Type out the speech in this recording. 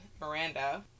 Miranda